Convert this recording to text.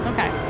Okay